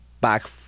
back